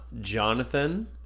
Jonathan